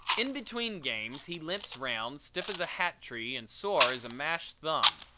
in between games he limps round, stiff as a hat tree and sore as a mashed thumb.